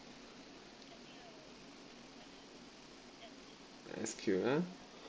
S_Q ah